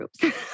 groups